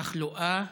תחלואה